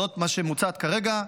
זו שמוצעת כרגע,